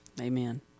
Amen